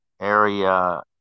area